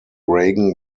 reagan